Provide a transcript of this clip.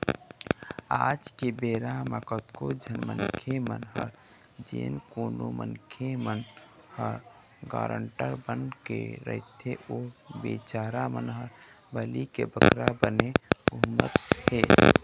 आज के बेरा म कतको झन मनखे मन ह जेन कोनो मनखे मन ह गारंटर बने रहिथे ओ बिचारा मन ह बली के बकरा बने घूमत हें